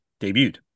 debuted